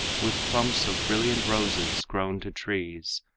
with clumps of brilliant roses grown to trees,